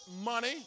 money